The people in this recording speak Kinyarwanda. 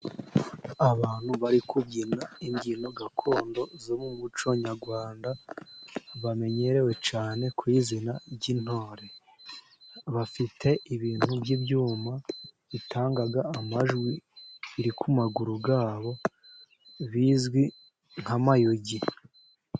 Abantu bari kubyina imbyino gakondo zo mu muco Nyarwanda, bamenyerewe cyane ku izina ry'intore. Bafite ibintu by'ibyuma bitanga amajwi, biri ku maguru yabo bizwi nk'amayugi.